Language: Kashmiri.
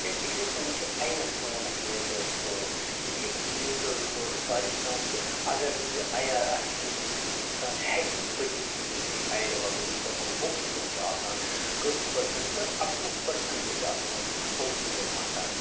یا یِتھَے کَنۍ چھُ اَیَر سون اَکھ نیچرل رِسورٕس یہِ کِتھ کَنۍ چھُ نیچرل رِسورٕس فار اٮ۪کزامپٕل اگر نہٕ یہِ اَیَر آسہِ کِہیٖنۍ اِنسان ہٮ۪کہِ نہٕ بٔچِتھ کِہیٖنۍ اَمہِ اَیرٕ وَغٲر یُس اَتھ منٛز اوٚکسیٖجَن چھِ آسان کٔژ پٔرسنٛٹ اَکہٕ وُہ پٔرسنٛٹ چھِ اَتھ منٛز اوٚکسیٖجَن آسان